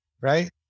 right